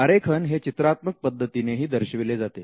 आरेखन हे चित्रात्मक पद्धतीने ही दर्शविले जाते